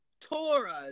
Torahs